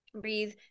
breathe